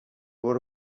برو